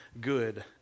good